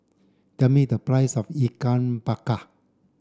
tell me the price of Ikan Bakar